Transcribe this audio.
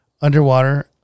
underwater